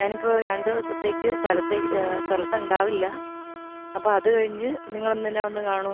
ഞാൻ ഇപ്പോൾ രണ്ട് ദിവസത്തേയ്ക്ക് സ്ഥലത്ത് സ്ഥലത്ത് ഉണ്ടാവില്ല അപ്പം അത് കഴിഞ്ഞ് നിങ്ങളൊന്ന് എന്നെ വന്ന് കാണൂ